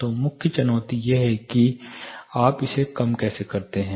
तो मुख्य चुनौती यह है कि आप इसे कैसे कम करते हैं